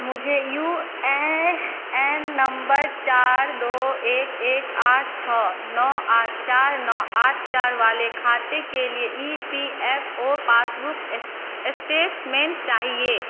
मुझे U A N number चार दो एक एक आठ छः नौ आठ चार नौ आठ चार वाले खाते के लिए E P F O passbook's statement चाहिए